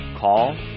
Call